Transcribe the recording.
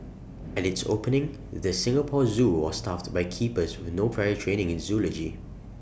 at its opening the Singapore Zoo was staffed by keepers with no prior training in zoology